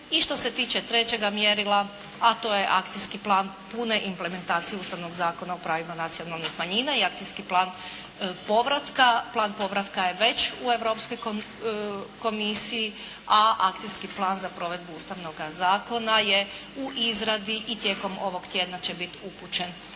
I što se tiče trećega mjerila, a to je Akcijski plan pune implementacije Ustavnog zakona o pravima nacionalnih manjina i akcijski plan povratka. Plan povratka je već u Europskoj komisiji, a Akcijski plan za provedbu ustavnoga zakona je u izradi i tijekom ovog tjedna će biti upućen